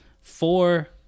four